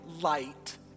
light